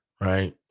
right